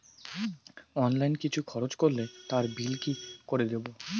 Online কিছু খরচ করলে তার বিল কি করে দেবো?